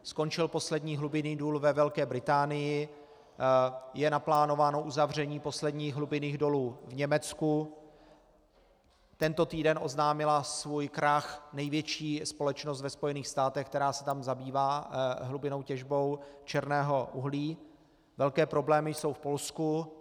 Skončil poslední hlubinný důl ve Velké Británii, je naplánováno uzavření posledních hlubinných dolů v Německu, tento týden oznámila svůj krach největší společnost ve Spojených státech, která se tam zabývá hlubinnou těžbou černého uhlí, velké problémy jsou v Polsku.